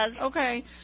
Okay